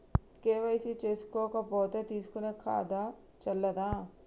KYC చేసుకోకపోతే తీసుకునే ఖాతా చెల్లదా?